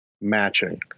matching